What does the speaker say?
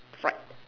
fried